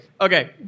Okay